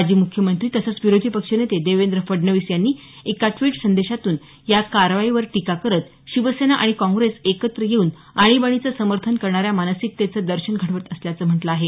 माजी मुख्यमंत्री तसंच विरोधी पक्षनेते देवेंद्र फडणवीस यांनी एका ट्वीट संदेशातून या कारवाईवर टीका करत शिवसेना आणि काँग्रेस एकत्र येऊन आणीबाणीचं समर्थन करणाऱ्या मानसिकतेचं दर्शन घडवत असल्याच म्हटलं आहे